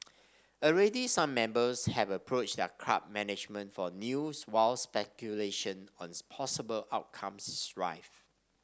already some members have approached their club management for news while speculation on possible outcomes is rife